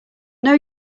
know